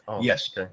Yes